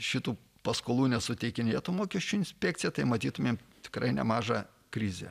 šitų paskolų nesuteikinėtų mokesčių inspekcija tai matytumėm tikrai nemažą krizę